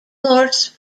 norse